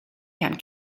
herrn